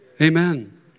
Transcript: Amen